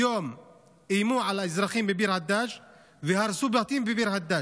היום איימו על האזרחים בביר-הדאג' והרסו בתים בביר-הדאג'.